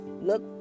look